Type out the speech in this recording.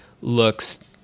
looks